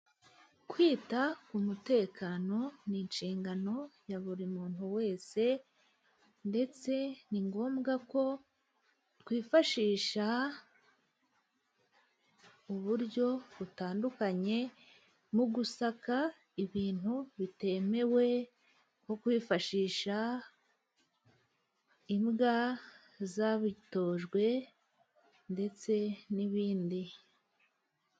Kwita ku mutekano ni inshingano ya buri muntu wese, ndetse ni ngombwa ko twifashisha uburyo butandukanye mu gusaka ibintu bitemewe, nko kwifashisha imbwa zabitojwe ndetse n'ibindi.